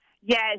Yes